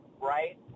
right